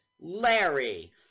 Larry